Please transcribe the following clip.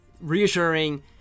reassuring